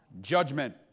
judgment